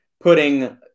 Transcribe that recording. putting